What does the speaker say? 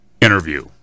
interview